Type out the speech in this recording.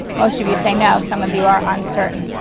most of you say no. some of you are uncertain.